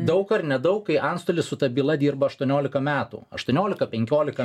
daug ar nedaug kai antstolis su ta byla dirba aštuoniolika metų aštuoniolika penkiolika